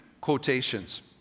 quotations